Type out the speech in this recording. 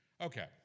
Okay